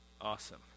awesome